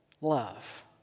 love